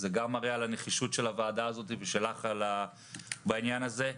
זה גם מראה על הנחישות של הוועדה הזאת ושלך בעניין הזה.